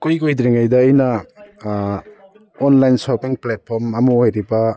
ꯏꯀꯨꯏ ꯀꯨꯏꯗ꯭ꯔꯤꯉꯩꯗ ꯑꯩꯅ ꯑꯣꯟꯂꯥꯏꯟ ꯁꯣꯞꯄꯤꯡ ꯄ꯭ꯂꯦꯠꯐꯣꯝ ꯑꯃ ꯑꯣꯏꯔꯤꯕ